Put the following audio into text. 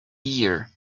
year